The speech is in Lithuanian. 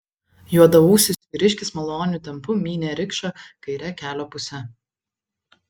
juodaūsis vyriškis maloniu tempu mynė rikšą kaire kelio puse